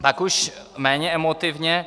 Pak už méně emotivně.